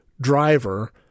driver